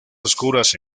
oscuras